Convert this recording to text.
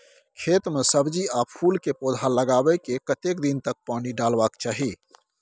खेत मे सब्जी आ फूल के पौधा लगाबै के कतेक दिन तक पानी डालबाक चाही?